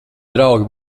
draugi